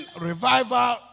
revival